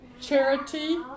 charity